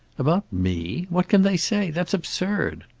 about me? what can they say? that's absurd.